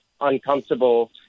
uncomfortable